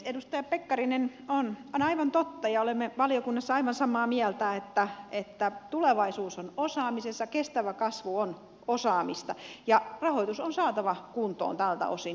edustaja pekkarinen on aivan totta ja olemme valiokunnassa aivan samaa mieltä että tulevaisuus on osaamisessa kestävä kasvu on osaamista ja rahoitus on saatava kuntoon tältä osin